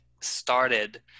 started